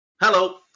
Hello